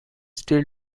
still